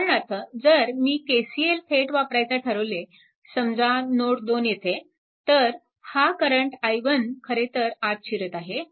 उदाहरणार्थ जर मी KCL थेट वापरायचा ठरवले समजा नोड 2 येथे तर हा करंट i1 खरेतर आत शिरत आहे